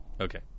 Okay